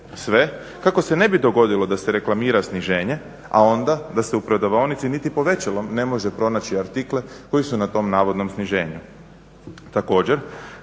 Sve kako se ne bi dogodilo da se reklamira sniženje, a onda da se u prodavaonici niti povećalom ne može pronaći artikle koji su na tom navodnom sniženju.